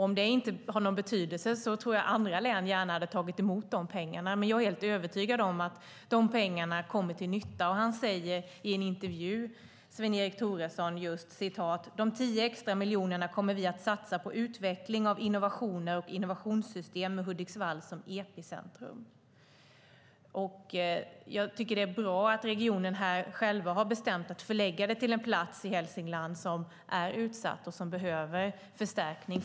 Om inte detta har någon betydelse tror jag att andra län gärna hade tagit emot dessa pengar. Men jag är helt övertygad om att de kommer till nytta. Sven-Åke Thoresen säger i en intervju: "De tio extra miljonerna kommer vi att satsa på utveckling av innovationer och innovationssystem med Hudiksvall som epicentrum." Jag tycker att det är bra att regionen själv har bestämt att förlägga detta till en plats i Hälsingland som är utsatt och som behöver förstärkning.